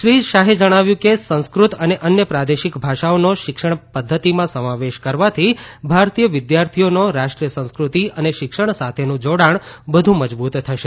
શ્રી શાહે જણાવ્યું છે કે સંસ્કૃત અને અન્ય પ્રાદેશિક ભાષાઓનો શિક્ષણ પદ્ધતિમાં સમાવેશ કરવાથી ભારતીય વિદ્યાર્થીઓનો રાષ્ટ્રીય સંસ્કૃતિ અને શિક્ષણ સાથેનું જોડાણ વધુ મજબૂત થશે